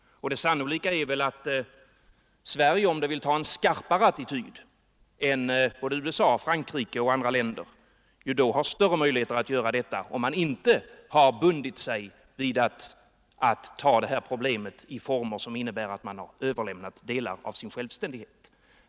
Det sannolika är att Sverige har större möjligheter att inta en skarpare attityd än både USA, Frankrike och andra länder, om man inte har bundit sig vid sådana former som innebär att man överlämnar delar av sin självständighet.